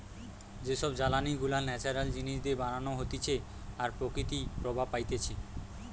যে সব জ্বালানি গুলা ন্যাচারাল জিনিস দিয়ে বানানো হতিছে আর প্রকৃতি প্রভাব পাইতিছে